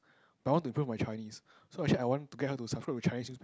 I want to improve my Chinese so actually I want to get her to subscribe to Chinese newspa~